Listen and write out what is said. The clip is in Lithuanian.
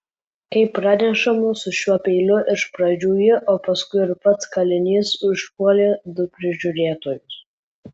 kaip pranešama su šiuo peiliu iš pradžių ji o paskui ir pats kalinys užpuolė du prižiūrėtojus